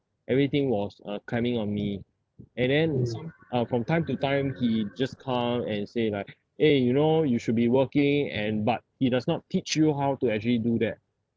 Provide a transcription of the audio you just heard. everything was uh climbing on me and then uh from time to time he just come and say like eh you know you should be working and but he does not teach you how to actually do that